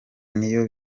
niyo